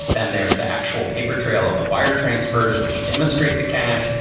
then there's the actual paper trail of the wire transfers which demonstrate the cash.